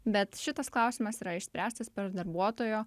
bet šitas klausimas yra išspręstas per darbuotojo